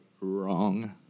Wrong